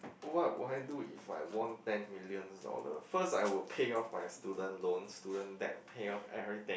what would I do if I won ten million dollars first I would pay off my student loans student debt pay off everything